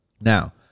Now